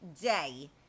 day